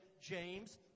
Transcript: James